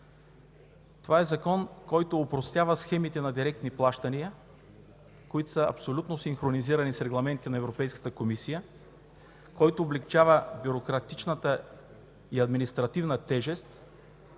Това е закон, който опростява схемите на директни плащания, които са абсолютно синхронизирани с регламентите на Европейската комисия, който облекчава бюрократичната и административна тежест,